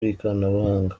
bw’ikoranabuhanga